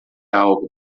algo